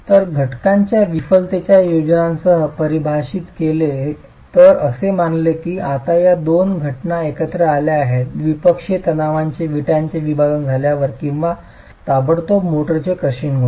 तर घटकांच्या विफलतेच्या योजनांसह परिभाषित केले तर असे मानले की आता या दोन घटना एकत्र आल्या आहेत द्विपक्षीय तणावात विटांचे विभाजन झाल्यावर किंवा ताबडतोब मोर्टारचे क्रशिंग होते